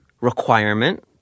requirement